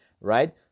right